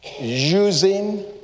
using